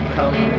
come